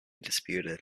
disputed